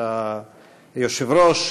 את היושב-ראש,